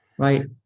right